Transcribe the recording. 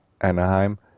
Anaheim